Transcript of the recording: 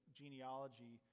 genealogy